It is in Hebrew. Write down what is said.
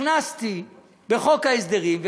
הכנסתי בחוק ההסדרים,